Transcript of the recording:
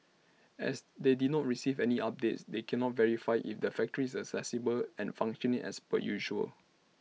as they do not received any updates they cannot verify if the factory is accessible and functioning as per usual